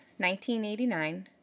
1989